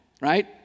right